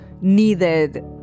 needed